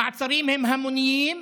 המעצרים הם המוניים,